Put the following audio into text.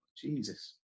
Jesus